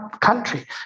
country